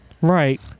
Right